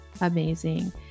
amazing